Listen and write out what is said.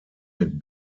mit